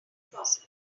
possible